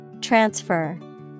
Transfer